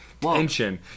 tension